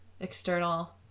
External